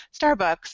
Starbucks